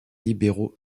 libéraux